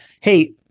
hey